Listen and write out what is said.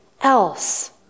else